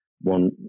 one